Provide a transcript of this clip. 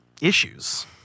issues